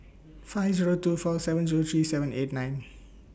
five Zero two four seven Zero three seven eight nine